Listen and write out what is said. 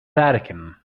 vatican